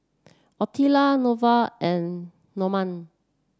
Ottilia Neveah and Normand